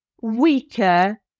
weaker